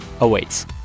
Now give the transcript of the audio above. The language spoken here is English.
awaits